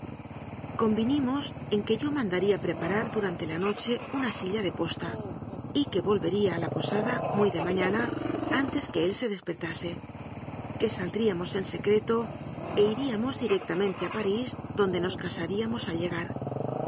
convinimos en que yo mandaría preparar durante la noche una silla de posta y que volvería a la posada muy de mañana antes que él se despertase que sal dríamos en secreto e iríamos directamente a pa rís donde nos casaríamos ai llegar